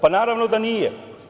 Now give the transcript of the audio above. Pa, naravno da nije.